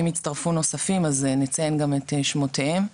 ואם יצטרפו נוספים אז נציין גם את שמותיהם,